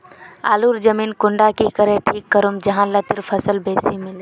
आलूर जमीन कुंडा की करे ठीक करूम जाहा लात्तिर फल बेसी मिले?